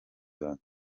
banjye